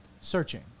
Searching